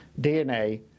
DNA